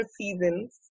seasons